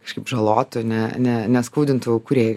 kažkaip žalotų ne ne neskaudintų kūrėjų